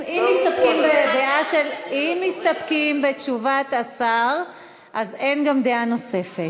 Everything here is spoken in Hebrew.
אם מסתפקים בתשובת השר אז אין גם דעה נוספת.